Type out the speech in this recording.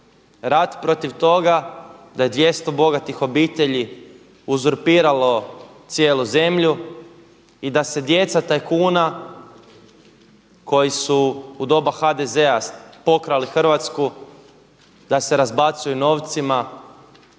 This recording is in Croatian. rat protiv toga da je 200 bogatih obitelji uzurpiralo cijelu zemlju i da se djeca tajkuna koji su u doba HDZ-a pokrali Hrvatsku da se razbacuju novcima